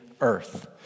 Earth